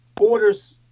orders